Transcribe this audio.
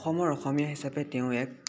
অসমৰ অসমীয়া হিচাপে তেওঁ এক